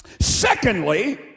Secondly